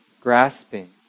grasping